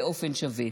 באופן שווה.